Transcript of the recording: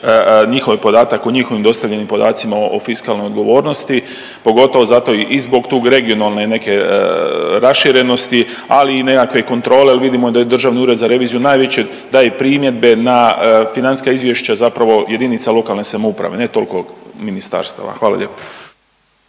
njihov podatak o njihovim dostavljenim podacima o fiskalnoj odgovornosti pogotovo zato i zbog te regionalne raširenosti, ali i nekakve kontrole, jer vidimo da je Državni ured za reviziju najveće daje primjedbe na financijska izvješća zapravo jedinica lokalne samouprave ne toliko ministarstava. Hvala lijepo.